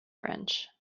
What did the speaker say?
fringe